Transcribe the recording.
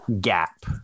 gap